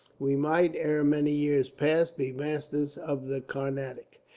we might, ere many years passed, be masters of the carnatic.